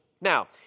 Now